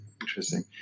interesting